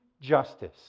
justice